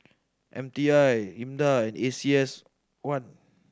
M T I IMDA A C S one